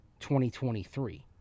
2023